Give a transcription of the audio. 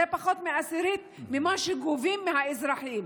זה פחות מעשירית ממה שגובים מהאזרחים,